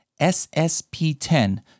SSP10